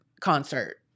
concert